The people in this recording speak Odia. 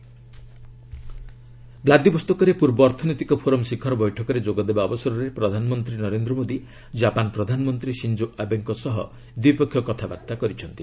ପିଏମ୍ ଟକସ୍ ବ୍ଲାଦିବୋସ୍ତକରେ ପୂର୍ବ ଅର୍ଥନୈତିକ ଫୋରମ୍ ଶିଖର ବୈଠକରେ ଯୋଗଦେବା ଅବସରରେ ପ୍ରଧାନମନ୍ତ୍ରୀ ନରେନ୍ଦ୍ର ମୋଦୀ ଜାପାନ୍ ପ୍ରଧାନମନ୍ତ୍ରୀ ସିଞ୍ଜୋ ଆବେଙ୍କ ସହ ଦ୍ୱିପକ୍ଷିୟ କଥାବାର୍ତ୍ତା କରିଛନ୍ତି